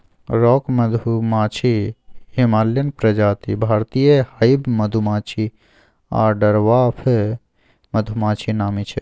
rock मधुमाछी, Himalayan प्रजाति, भारतीय हाइब मधुमाछी आ डवार्फ मधुमाछी नामी छै